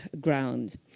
ground